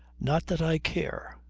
not that i care,